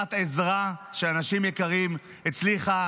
בעזרת אנשים יקרים, היא הצליחה